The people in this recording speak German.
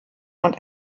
und